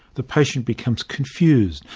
the patient becomes confused,